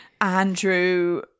Andrew